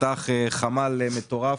פתח חמ"ל מטורף.